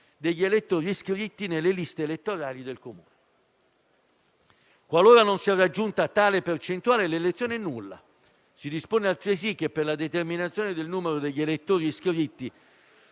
degli elettori iscritti nelle liste elettorali del Comune. Qualora non sia raggiunta tale percentuale, l'elezione è nulla. Si dispone altresì che per la determinazione del numero degli elettori iscritti